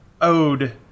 ode